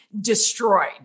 destroyed